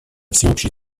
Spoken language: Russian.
всеобщей